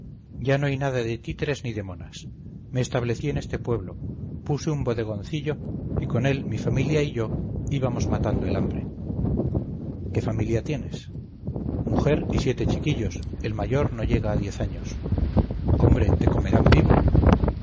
ya no hay nada de títeres ni de monas me establecí en este pueblo puse un bodegoncillo y con él mi familia y yo íbamos matando el hambre qué familia tienes mujer y siete chiquillos el mayor no llega a diez años hombre te comerán vivo